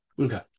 Okay